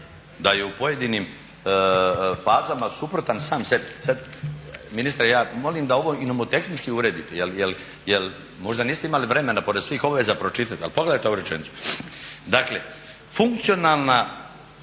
da je u pojedinim fazama suprotan sam sebi, sad ministre ja molim da ovo i nomotehnički uredite, jer možda niste imali vremena pored svih obaveza pročitati, ali pogledate ovu rečenicu "Dakle funkcionalna